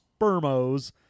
spermos